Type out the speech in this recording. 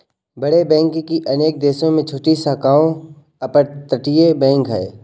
बड़े बैंक की अनेक देशों में छोटी शाखाओं अपतटीय बैंक है